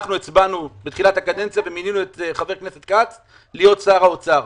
אנחנו הצבענו בתחילת הקדנציה ומינינו את חבר הכנסת כץ להיות שר האוצר.